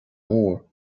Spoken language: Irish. mór